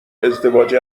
ازدواج